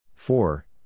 Four